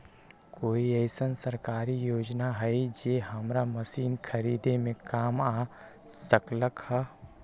कोइ अईसन सरकारी योजना हई जे हमरा मशीन खरीदे में काम आ सकलक ह?